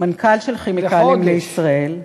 המנכ"ל של "כימיקלים לישראל".